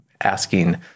asking